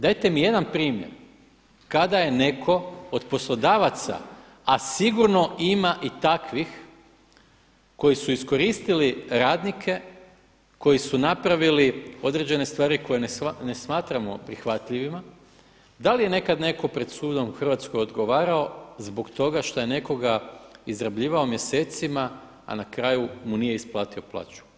Dajte mi jedan primjer kada je netko od poslodavaca a sigurno ima i takvih koji su iskoristili radnike, koji su napravili određene stvari koje ne smatramo prihvatljivima, da li je nekad netko pred sudom u Hrvatskoj odgovarao zbog toga što je nekoga izrabljivao mjesecima a na kraju mu nije isplatio plaću.